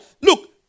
Look